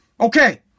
Okay